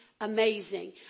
amazing